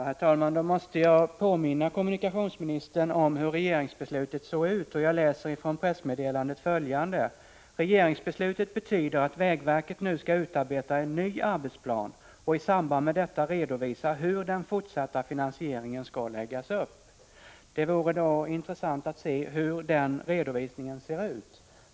Herr talman! Då måste jag påminna kommunikationsministern om hur regeringsbeslutet såg ut. Jag läser från pressmeddelandet följande: ”Regeringsbeslutet betyder att vägverket nu ska utarbeta en ny arbetsplan och i samband med detta redovisa hur den fortsatta finansieringen ska läggas upp.” Det vore intressant att se hur den redovisningen ser ut.